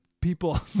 people